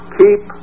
keep